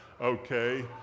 okay